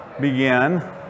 begin